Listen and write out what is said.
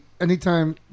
anytime